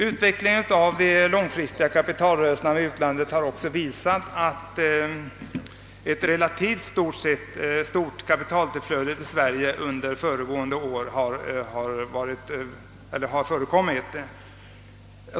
Utvecklingen av de långfristiga internationella kapitalrörelserna har också medfört ett relativt stort kapitaltillflöde till Sverige under föregående år.